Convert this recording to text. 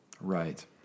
Right